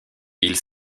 ils